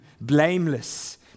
blameless